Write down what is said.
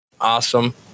Awesome